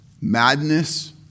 madness